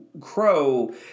Crow